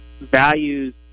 values